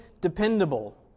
dependable